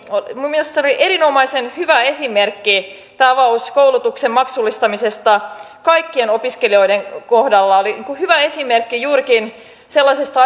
minun mielestäni se oli erinomaisen hyvä esimerkki tai avaus koulutuksen maksullistamisesta kaikkien opiskelijoiden kohdalla se oli hyvä esimerkki juurikin sellaisesta